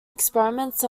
experiments